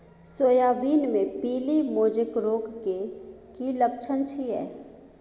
Soybean मे पीली mosaic रोग के की लक्षण छीये?